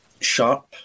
sharp